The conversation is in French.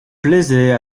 plaisait